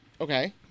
Okay